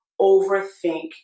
overthink